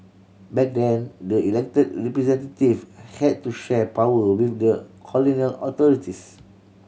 back then the elected representative had to share power with the colonial authorities